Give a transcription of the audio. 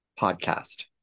podcast